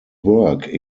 work